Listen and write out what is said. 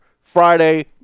Friday –